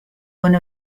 one